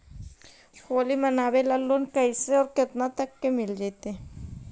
होली मनाबे ल लोन कैसे औ केतना तक के मिल जैतै?